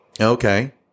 Okay